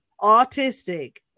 autistic